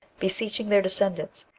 beseeching their descendants,